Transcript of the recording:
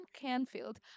Canfield